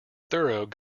thorough